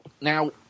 Now